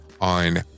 on